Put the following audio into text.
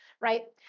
Right